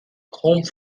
home